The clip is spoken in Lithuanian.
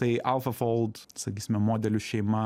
tai alphafold sakysime modelių šeima